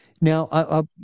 Now